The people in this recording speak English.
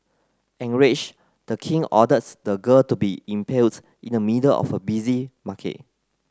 enraged the king orders the girl to be impaled in the middle of a busy market